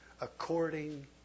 according